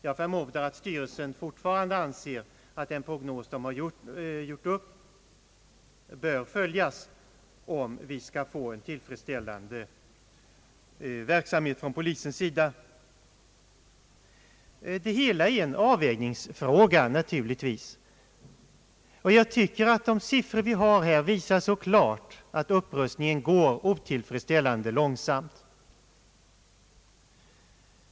Jag förmodar att styrelsen fortfarande anser att den gjorda prognosen bör följas, om polisen skall kunna fungera tillfredsställande. Det hela är naturligtvis en avvägningsfråga. Jag tycker att siffrorna klart visar att upprustningen går otillfredsställande långsamt.